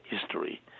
history